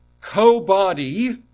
co-body